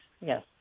yes